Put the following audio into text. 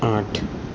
આઠ